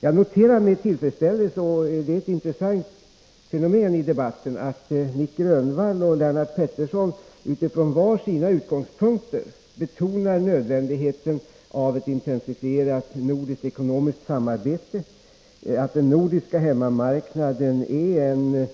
Jag noterar med tillfredsställelse att Nic Grönvall och Lennart Pettersson — det är ett intressant fenomen i debatten — utifrån var sina utgångspunkter betonar nödvändigheten av ett intensifierat nordiskt ekonomiskt samarbete och att den nordiska hemmamarknaden är en